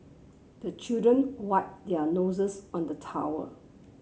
the children wipe their noses on the towel